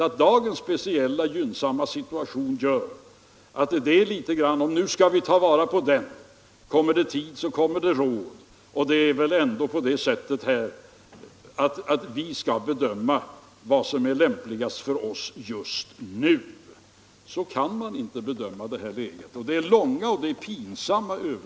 Men dagens speciella gynnsamma situation gör onekligen att man vill ta vara på möjligheterna och säger att kommer det tid, kommer det råd. Regeringen skall ändå bedöma vad som är lämpligast för oss just nu. Vi kan inte bedöma läget så som företagarna gör.